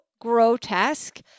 grotesque